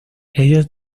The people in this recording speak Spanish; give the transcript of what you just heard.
ellos